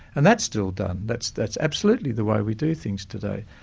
and that's still done, that's that's absolutely the way we do things today.